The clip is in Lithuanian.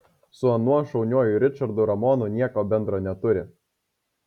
su anuo šauniuoju ričardu ramonu nieko bendra neturi